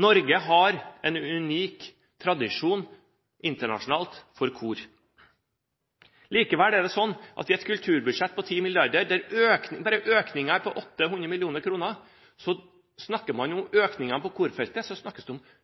Norge har – internasjonalt – en unik tradisjon for kor. Likevel snakker man i et kulturbudsjett på 10 mrd. kr – der bare økningen er på 800 mill. kr – om økninger på korfeltet med 1 mill. kr her og 200 000 kr der. Det